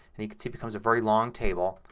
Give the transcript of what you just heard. and you can see it becomes a very long table.